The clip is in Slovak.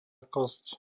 kosť